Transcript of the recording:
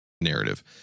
narrative